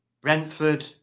Brentford